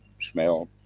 smell